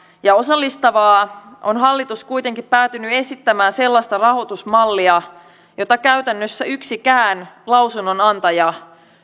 ja osallistavaa on hallitus kuitenkin päätynyt esittämään sellaista rahoitusmallia jota käytännössä yksikään lausunnonantaja